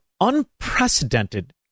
unprecedented